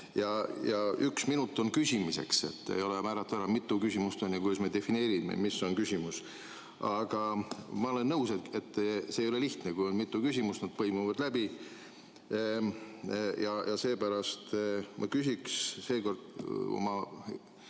Üks minut on küsimiseks aega. Ei ole määratud ära, mitu küsimust on ja kuidas me defineerime, mis on küsimus. Aga ma olen nõus, et see ei ole lihtne, kui on mitu küsimust ja nad põimuvad läbi. Ja seepärast ma küsiks seekord oma